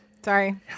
Sorry